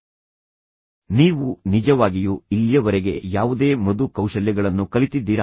ಮತ್ತು ನಾನು ನಿಮಗೆ ಕಲಿಸಿದ್ದರೆ ನೀವು ನಿಜವಾಗಿಯೂ ಇಲ್ಲಿಯವರೆಗೆ ಯಾವುದೇ ಮೃದು ಕೌಶಲ್ಯಗಳನ್ನು ಕಲಿತಿದ್ದೀರಾ